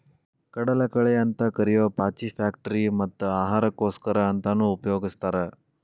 ಕಡಲಕಳೆ ಅಂತ ಕರಿಯೋ ಪಾಚಿ ಫ್ಯಾಕ್ಟರಿ ಮತ್ತ ಆಹಾರಕ್ಕೋಸ್ಕರ ಅಂತಾನೂ ಉಪಯೊಗಸ್ತಾರ